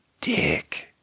dick